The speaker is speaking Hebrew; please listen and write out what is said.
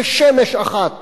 כשמש אחת